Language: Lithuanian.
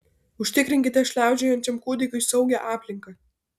užtikrinkite šliaužiojančiam kūdikiui saugią aplinką